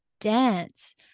dance